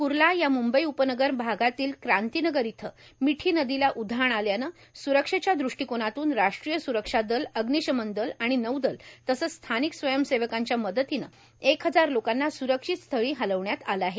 कुर्ला या मुंबई उपनगर भागातील क्रांतीनगर इथं मीठी नदीला उधाण आल्यानं स्रक्षेच्या दृष्टीकोनातून राष्ट्रीय स्रक्षा दल अग्निशमन दल आणि नौदल तसंच स्थानिक स्वंयसेवकांच्या मदतीने एक हजार लोकांना स्रक्षित स्थळी हलविण्यात आलं आहे